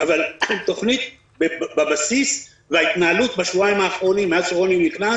אבל התוכנית בבסיס וההתנהלות בשבועיים האחרונים מאז שרוני נכנס